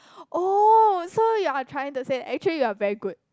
oh so you're trying to say actually you're very good